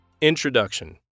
Introduction